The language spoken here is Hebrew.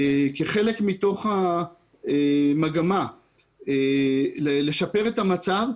כחלק מתוך המגמה לתקן את המצב,